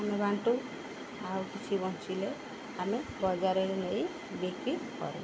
ଆମେ ବାଣ୍ଟୁ ଆଉ କିଛି ବଞ୍ଚିଲେ ଆମେ ବଜାରରେ ନେଇ ବିକ୍ରି କରୁ